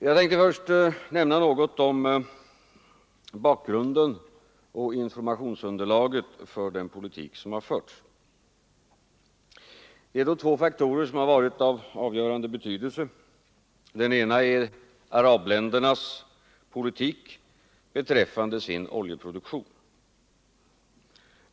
Jag tänkte först nämna något om bakgrunden och informationsunderlaget för den politik som har förts. Det är då två faktorer som varit av avgörande betydelse. Den ena är arabländernas politik beträffande sin oljeproduktion.